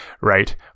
right